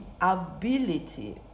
ability